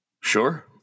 Sure